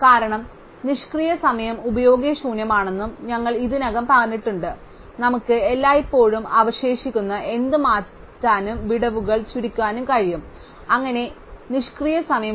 കാരണം നിഷ്ക്രിയ സമയം ഉപയോഗശൂന്യമാണെന്ന് ഞങ്ങൾ ഇതിനകം പറഞ്ഞിട്ടുണ്ട് നമുക്ക് എല്ലായ്പ്പോഴും അവശേഷിക്കുന്ന എന്തും മാറ്റാനും വിടവുകൾ ചുരുക്കാനും കഴിയും അങ്ങനെ നിഷ്ക്രിയ സമയം ഇല്ല